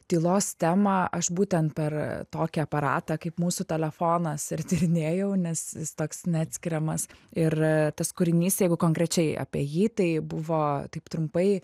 tylos temą aš būtent per tokį aparatą kaip mūsų telefonas ir tyrinėjau nes jis toks neatskiriamas ir tas kūrinys jeigu konkrečiai apie jį tai buvo taip trumpai